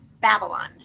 Babylon